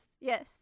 yes